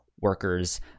workers